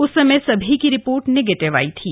उस समय सभी की रिपोर्ट नेगेटिव आई थी